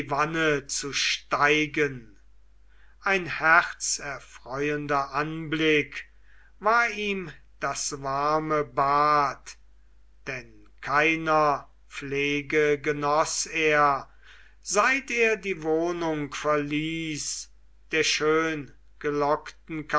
zu steigen ein herzerfreuender anblick war ihm das warme bad denn keiner pflege genoß er seit er die wohnung verließ der schöngelockten